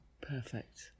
Perfect